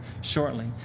shortly